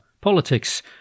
politics